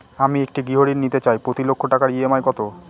আমি একটি গৃহঋণ নিতে চাই প্রতি লক্ষ টাকার ই.এম.আই কত?